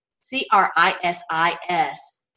c-r-i-s-i-s